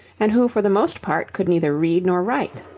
and who for the most part could neither read nor write.